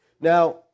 Now